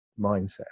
mindset